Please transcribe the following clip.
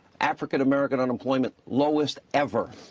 african-american on employment, lowest ever.